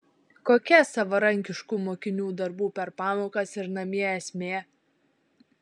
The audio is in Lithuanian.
kokia savarankiškų mokinių darbų per pamokas ir namie esmė